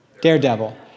Daredevil